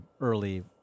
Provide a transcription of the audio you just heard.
early